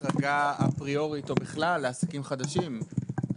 החרגה אפריורית או בכלל לעסקים חדשים.